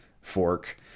fork